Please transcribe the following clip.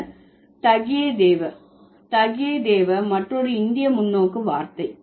பின்னர் தகியே தேவ தகியே தேவ மற்றொரு இந்திய முன்னோக்கு வார்த்தை